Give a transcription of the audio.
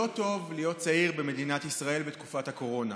לא טוב להיות צעיר בישראל בתקופת הקורונה.